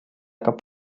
kaputt